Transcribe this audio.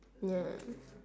ya